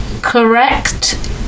correct